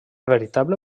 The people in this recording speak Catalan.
veritable